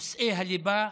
נושאי הליבה,